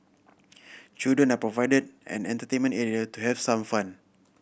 children are provided an entertainment area to have some fun